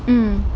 mm